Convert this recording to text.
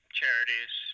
charities